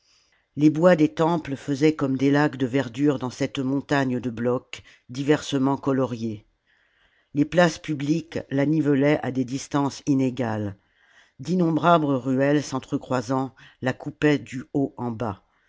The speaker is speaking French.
les bois des temples faisaient comme des lacs de verdure dans cette montagne de blocs diversement coloriés les places publiques la nivelaient à des distances inégales d'innombrables ruelles sentre crolsant la coupaient du haut en bas